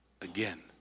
again